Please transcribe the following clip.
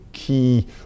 key